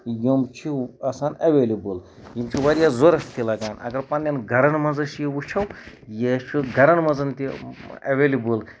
یِم چھِ آسان ایویلیبٔل یِم چھِ واریاہ ضوٚرتھ تہِ لگان اَگر پَنٕنین گرَن منٛز أسۍ یہِ وٕچھو یہِ چھُ گرَن منٛز تہِ ایویلیبٔل